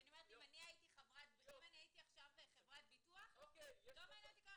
כי אם אני הייתי עכשיו חברת ביטוח לא מעניין אותי כמה,